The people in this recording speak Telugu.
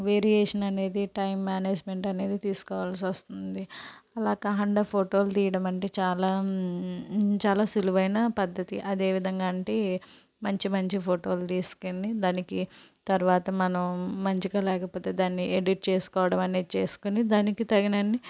వేరియేషన్ అనేది టైమ్ మ్యానేజ్మెంట్ అనేది తీసుకోవాల్సి వస్తుంది అలా కాకుండా ఫోటోలు తియ్యడం అంటే చాలా చాలా సులువైన పద్ధతి అదే విధంగా అంటే మంచి మంచి ఫోటోలు తీసుకుని దానికి తర్వాత మనం మంచిగా లేకపోతే దాన్ని ఎడిట్ చేసుకోవడం అనేది చేసుకుని దానికి తగినన్ని